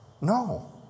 No